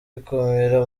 ikumira